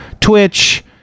Twitch